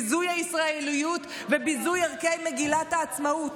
ביזוי הישראליות וביזוי ערכי מגילת העצמאות.